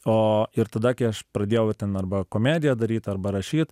o ir tada kai aš pradėjau ten arba komediją daryt arba rašyt